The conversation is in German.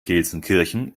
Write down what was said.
gelsenkirchen